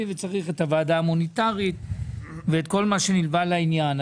וצריך את הוועדה המוניטרית ואת כל מה שנקבע לעניין.